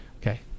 Okay